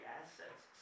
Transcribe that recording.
assets